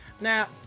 Now